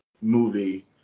movie